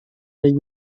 ligues